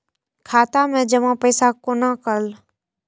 खाता मैं जमा पैसा कोना कल